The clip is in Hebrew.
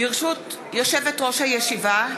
ברשות יושבת-ראש הישיבה,